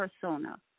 persona